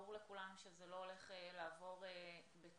ברור לכולם שזה לא הולך לעבור בקרוב.